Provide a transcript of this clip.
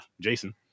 Jason